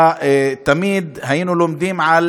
תמיד היינו לומדים על